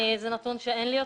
זה נתון שאין לי אותו.